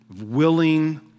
Willing